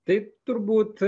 taip turbūt